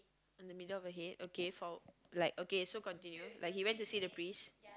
on the middle of the head okay for like okay so continue like he went to see the priest